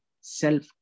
self